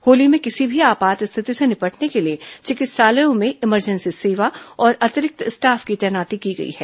होली में किसी भी आपात स्थिति से निपटने के लिए चिकित्सालयों में इमरजेंसी सेवा और अतिरिक्त स्टाफ की तैनाती की गई है